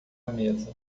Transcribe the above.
mesa